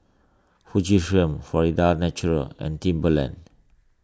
Fujifilm Florida's Natural and Timberland